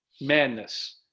madness